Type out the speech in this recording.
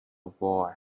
buoy